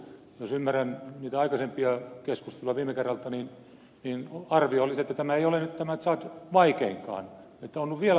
jos ymmärrän niitä aikaisempia keskusteluja viime kerralta niin arvio olisi että tämä tsad ei ole nyt vaikeinkaan että on ollut vielä vaikeampia